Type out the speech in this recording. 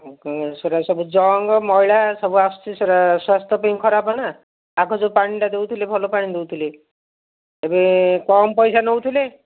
ସେଟା ସବୁ ଜଙ୍କ୍ ମଇଳା ସବୁ ଆସୁଛି ସେଟା ସ୍ୱାସ୍ଥ୍ୟ ପାଇଁ ଖରାପ ନା ଆଗ ଯୋଉ ପାଣିଟା ଦେଉଥିଲେ ଭଲ ପାଣି ଦେଉଥିଲେ ଏବେ କମ ପଇସା ନେଉଥିଲେ